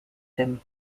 him